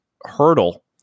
hurdle